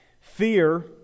Fear